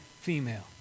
female